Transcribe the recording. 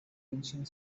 ancient